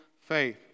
faith